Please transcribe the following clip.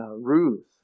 Ruth